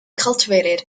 cultivated